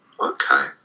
okay